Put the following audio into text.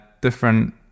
different